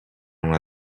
una